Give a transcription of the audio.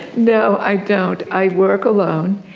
no, i don't. i work alone.